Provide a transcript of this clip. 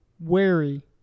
wary